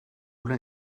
una